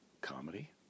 Comedy